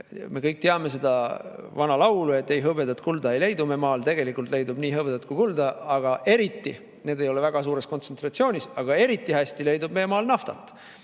Me kõik teame seda vana laulu, et ei hõbedat, kulda ei leidu me maal. Tegelikult leidub nii hõbedat kui ka kulda – need ei ole väga suures kontsentratsioonis –, aga eriti hästi leidub meie maal naftat.